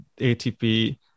atp